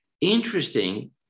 Interesting